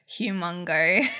humongo